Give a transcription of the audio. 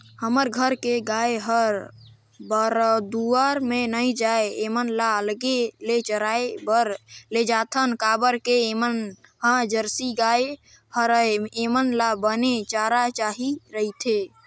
हमर घर के गाय हर बरदउर में नइ जाये ऐमन ल अलगे ले चराए बर लेजाथन काबर के ऐमन ह जरसी गाय हरय ऐेमन ल बने चारा चाही रहिथे